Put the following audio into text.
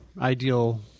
ideal